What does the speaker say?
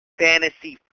Fantasy